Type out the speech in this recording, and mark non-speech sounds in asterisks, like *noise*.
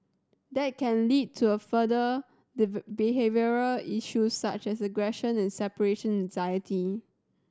that can lead to a further *unintelligible* behavioural issues such as aggression and separation anxiety